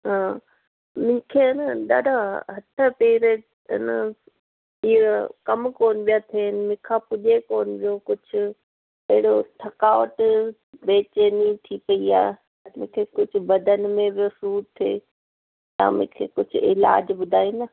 हा मूंखे आहे न ॾाढा हथ पेर ईअं कम कोन्ह पिया थियन मूंखां पुजे कोन्ह थियो कुझु अहिड़ो थकावट बैचेनी थी पई आहे मूंखे कुझु बदन में ॿियों सूर पियो थिए था मूंखे कुझु इलाज ॿुधाईंदा